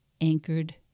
anchored